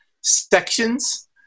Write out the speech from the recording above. sections